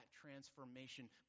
transformation